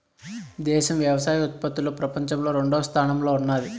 దేశం వ్యవసాయ ఉత్పత్తిలో పపంచంలో రెండవ స్థానంలో ఉన్నాది